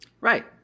Right